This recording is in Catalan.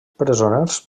presoners